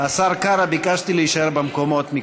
השר קרא, ביקשתי מכולם להישאר במקומות.